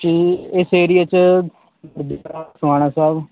ਜੀ ਇਸ ਏਰੀਏ 'ਚ ਸੋਹਾਣਾ ਸਾਹਿਬ